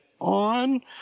on